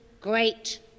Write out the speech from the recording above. great